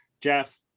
Jeff